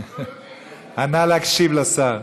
נא להקשיב לשר.